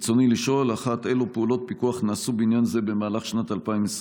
רצוני לשאול: 1. אילו פעולות פיקוח נעשו בעניין זה במהלך שנת 2021?